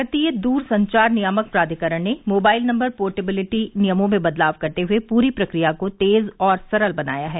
भारतीय दूरसंचार नियामक प्राधिकरण ने मोबाइल नंबर पोर्टबिलिटी नियमों में बदलाव करते हुए पूरी प्रक्रिया को तेज और सरल बनाया है